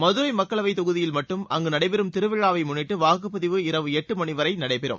மதுரை மக்களவைத் தொகுதியில் மட்டும் அங்கு நடைபெறும் திருவிழாவை முன்னிட்டு வாக்குப்பதிவு இரவு எட்டு மணிவரை நடைபெறும்